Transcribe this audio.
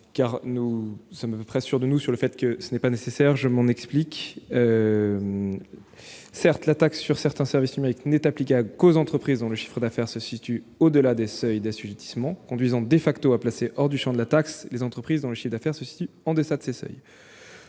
Nous sommes à peu près sûrs que ce n'est pas nécessaire. Certes, la taxe sur certains services numériques n'est applicable qu'aux entreprises dont le chiffre d'affaires se situe au-delà des seuils d'assujettissement, ce qui conduit à placer hors du champ de la taxe les entreprises dont le chiffre d'affaires se situe en deçà. Pour